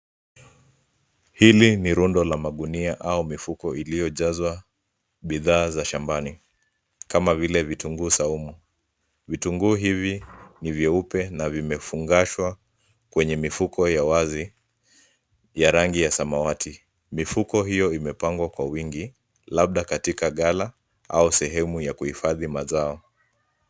Hili ni rundo la magunia au mifuko iliyojazwa bidhaa ya shambani kama vile vitunguu saumu. Vitunguu hivi ni vyeupe na vimefungashwa kwenye mifuko ya wazi ya rangi ya samawati. Mifuko hiyo imepangwa kwa wingi, labda katika ghala au sehemu ya kuhifadhi mazao.